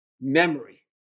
Memory